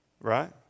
Right